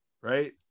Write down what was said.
right